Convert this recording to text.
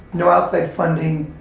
no outside funding,